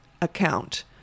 account